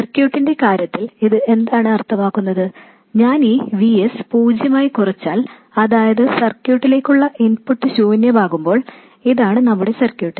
സർക്യൂട്ടിന്റെ കാര്യത്തിൽ ഇത് എന്താണ് അർത്ഥമാക്കുന്നത് ഞാൻ ഈ V s പൂജ്യമായി കുറച്ചാൽ അതായത് സർക്യൂട്ടിലേക്കുള്ള ഇൻപുട്ട് ശൂന്യമാകുമ്പോൾ ഇതാണ് നമ്മുടെ സർക്യൂട്ട്